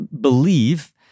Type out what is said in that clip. believe